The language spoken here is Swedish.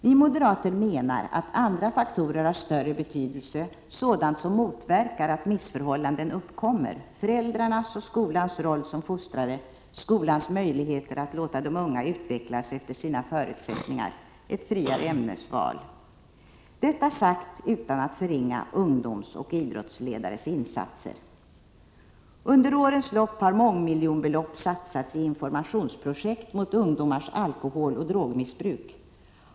Vi moderater menar att andra faktorer har större betydelse, sådant som motverkar att missförhållanden uppkommer: föräldrarnas och skolans roll som fostrare, skolans möjligheter att låta de unga utvecklas efter sina förutsättningar, ett friare ämnesval. Detta sagt utan att förringa ungdomsoch idrottsledares insatser. Under årens lopp har mångmiljonbelopp satsats i informationsprojekt mot ungdomars alkoholoch drogmissbruk.